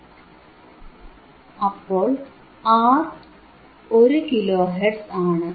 അപ്പോൾ R 1 kilohertz ആണ്